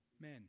Men